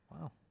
Wow